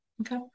Okay